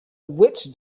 witch